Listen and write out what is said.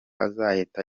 azahita